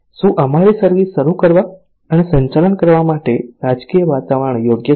શું અમારી સર્વિસ શરૂ કરવા અને સંચાલન કરવા માટે રાજકીય વાતાવરણ યોગ્ય છે